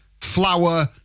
flour